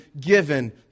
given